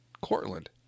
Cortland